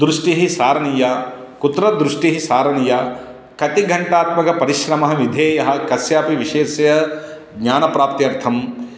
दृष्टिः सारणीया कुत्र दृष्टिः सारणीया कति घण्टात्मकपरिश्रमः विधेयः कस्यापि विषयस्य ज्ञानप्राप्त्यर्थं